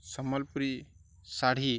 Sambalpuri sari